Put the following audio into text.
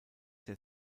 der